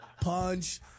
punch